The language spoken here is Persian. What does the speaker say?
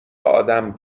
آدم